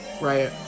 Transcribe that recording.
Right